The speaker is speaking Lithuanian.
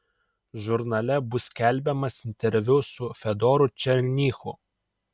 žurnale bus skelbiamas interviu su fedoru černychu